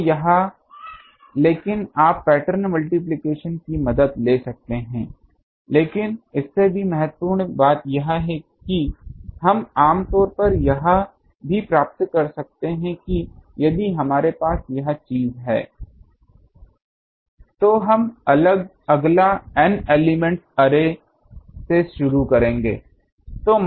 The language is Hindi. तो यह लेकिन आप पैटर्न मल्टिप्लिकेशन की मदद ले सकते हैं लेकिन इससे भी महत्वपूर्ण बात यह है कि हम आम तौर पर यह भी प्राप्त कर सकते हैं यदि हमारे पास यह चीज है तो हम अगला N एलिमेंट अर्रे से शुरू करेंगे